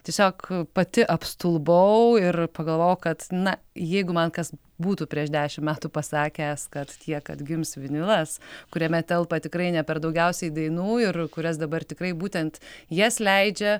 tiesiog pati apstulbau ir pagalvojau kad na jeigu man kas būtų prieš dešim metų pasakęs kad tiek atgims vinilas kuriame telpa tikrai ne per daugiausiai dainų ir kurias dabar tikrai būtent jas leidžia